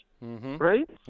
Right